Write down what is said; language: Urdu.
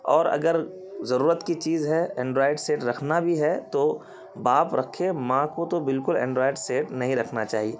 اور اگر ضرورت کی چیز ہے اینڈرائڈ سیٹ رکھنا بھی ہے تو باپ رکھے ماں کو تو بالکل اینڈرائڈ سیٹ نہیں رکھنا چاہیے